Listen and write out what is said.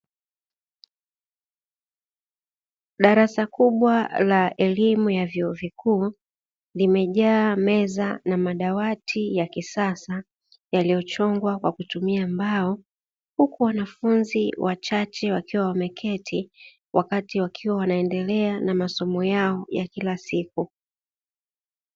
Darasa kubwa la elimu ya vyuo vikuu limejaa meza na madawati ya kisasa yaliyochongwa kwa kutumia mbao, huku wanafunzi wachache wakiwa wameketi wakati wakiwa wanaendelea na masomo yao ya kila siku.